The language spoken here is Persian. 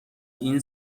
این